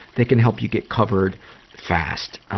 they can help you get covered fast.